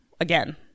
again